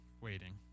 waiting